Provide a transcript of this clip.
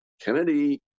Kennedy